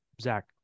Zach